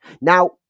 Now